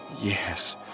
Yes